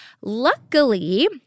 Luckily